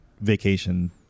vacation